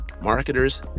marketers